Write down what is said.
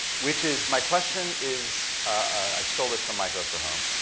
which is, my question is i stole this from mike osterholm.